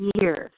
years